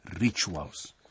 rituals